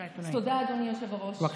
אז תודה, אדוני היושב-ראש.